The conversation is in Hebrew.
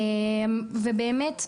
באמת,